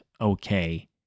okay